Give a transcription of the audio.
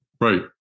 Right